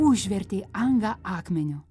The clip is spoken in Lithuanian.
užvertė angą akmeniu